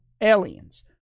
aliens